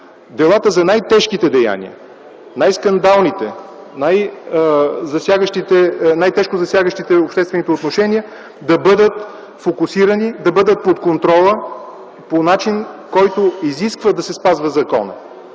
делата за най-тежките деяния, най-скандалните, най-тежко засягащите обществените отношения, да бъдат фокусирани, да бъдат под контрола по начин, който изисква да се спазва законът,